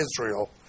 Israel